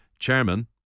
Chairman